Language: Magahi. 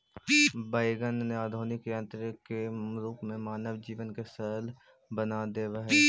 वैगन ने आधुनिक यन्त्र के रूप में मानव जीवन के सरल बना देवऽ हई